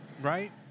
right